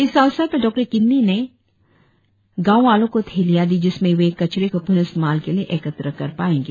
इस अवसर पर डॉ सिंह ने गाँव वालो को थैलिया दी जिसमें वे कचरे को प्ण इस्तेमाल के लिए एकत्र पाऐंगे